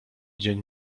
dzień